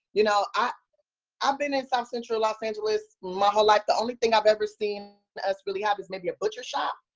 you know, ah i've been in south central los angeles my whole life. the only thing i've ever seen us really have is maybe a butcher shop.